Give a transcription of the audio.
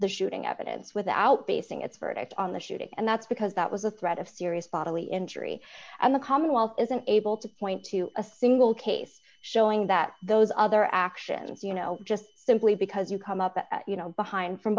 the shooting evidence without basing its verdict on the shooting and that's because that was a threat of serious bodily injury and the commonwealth isn't able to point to a single case showing that those other actions you know just simply because you come up that you know behind f